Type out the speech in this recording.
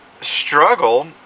struggle